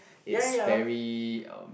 it's very um